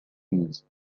use